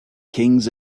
kings